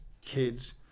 kids